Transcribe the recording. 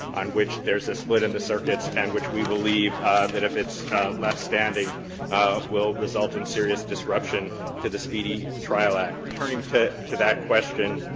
on which there's a split in the circuits and which we believe that if it's left standing will result in serious disruption to the speedy trial act. turning to to that question,